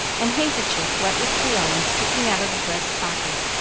and handkerchief wet with cologne sticking out of the breast-pocket,